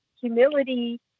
humility